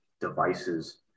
devices